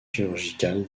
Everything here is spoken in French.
chirurgicale